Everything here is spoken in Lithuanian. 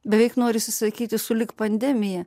beveik norisi sakyti sulig pandemija